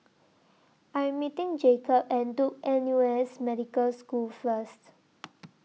I Am meeting Jakob At Duke N U S Medical School First